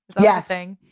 Yes